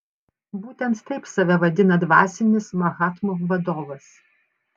būtent taip save vadina dvasinis mahatmų vadovas